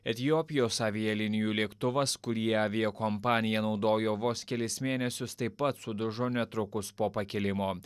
etiopijos avialinijų lėktuvas kurį aviakompanija naudojo vos kelis mėnesius taip pat sudužo netrukus po pakilimo